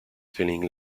feeling